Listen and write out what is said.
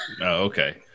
Okay